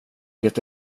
det